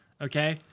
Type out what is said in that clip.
Okay